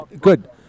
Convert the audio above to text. good